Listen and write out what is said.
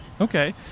Okay